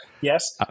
yes